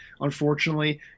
unfortunately